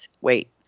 wait